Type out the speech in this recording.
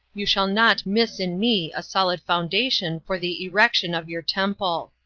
you shall not miss in me a solid foundation for the erection of your temple.